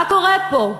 מה קורה פה?